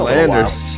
Landers